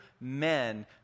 men